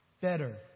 better